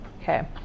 okay